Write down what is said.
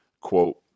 quote